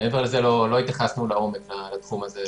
מעבר לזה, לא התייחסנו לעומק לתחום הזה.